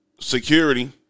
security